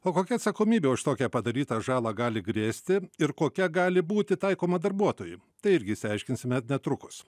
o kokia atsakomybė už tokią padarytą žalą gali grėsti ir kokia gali būti taikoma darbuotojui tai irgi išsiaiškinsime netrukus